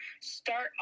start